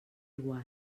igual